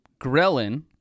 ghrelin